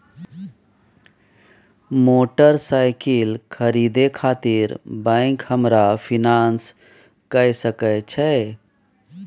Motorcycle खरीदे खातिर bank हमरा फिनांस कय सके छै?